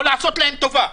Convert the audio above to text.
או לעשות להם טובה,